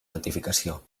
notificació